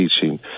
teaching